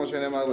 כמו שנאמר,